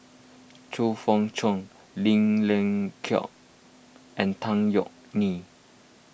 Chong Fah Cheong Lim Leong Geok and Tan Yeok Nee